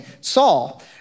Saul